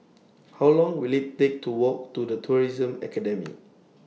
How Long Will IT Take to Walk to The Tourism Academy